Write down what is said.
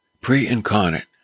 pre-incarnate